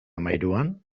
hamahiruan